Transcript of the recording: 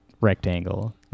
rectangle